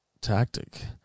tactic